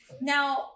Now